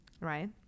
Right